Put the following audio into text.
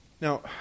Now